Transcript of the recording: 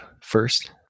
first